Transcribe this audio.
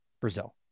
Brazil